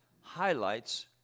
highlights